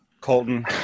Colton